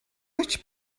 much